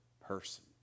person